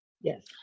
Yes